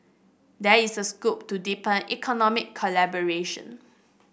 there is a scope to deepen economic collaboration